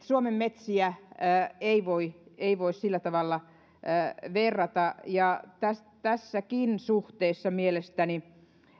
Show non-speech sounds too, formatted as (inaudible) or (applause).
(unintelligible) suomen metsiä ei voi ei voi sillä tavalla verrata niihin ja tässäkin suhteessa mielestäni